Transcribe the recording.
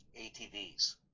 ATVs